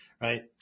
Right